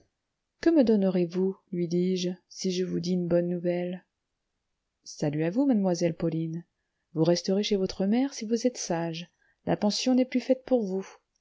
que me donnerez-vous lui dis-je si je vous dis une bonne nouvelle salut à vous mademoiselle pauline vous resterez chez votre mère si vous êtes sage la pension n'est plus faite pour vous